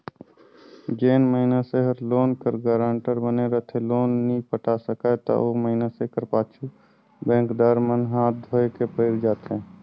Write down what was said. जेन मइनसे हर लोन कर गारंटर बने रहथे लोन नी पटा सकय ता ओ मइनसे कर पाछू बेंकदार मन हांथ धोए के पइर जाथें